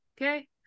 Okay